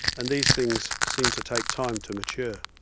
and these things seem to take time to mature.